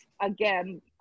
again